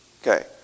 Okay